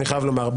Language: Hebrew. אני חייב לומר,